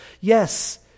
Yes